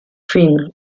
film